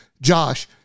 Josh